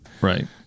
Right